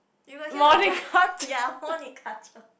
you will hear the ya Monica-Cheng